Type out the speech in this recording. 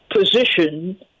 position